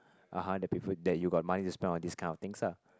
(uh huh) the that you got money to spend on this kind of things ah